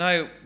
Now